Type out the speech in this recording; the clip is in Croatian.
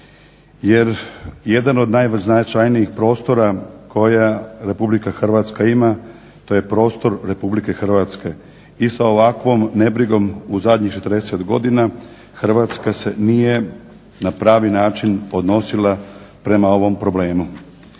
Jer jedan od najznačajnijih prostora koje RH ima to je prostor RH. I sa ovakvom nebrigom u zadnjih 40 godina Hrvatska se nije na pravi način odnosila prema ovom problemu.